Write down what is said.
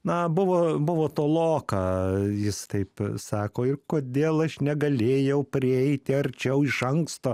na buvo buvo toloka jis taip sako ir kodėl aš negalėjau prieiti arčiau iš anksto